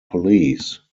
police